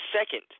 second